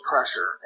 pressure